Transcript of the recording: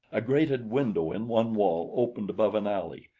a grated window in one wall opened above an alley,